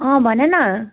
अँ भन न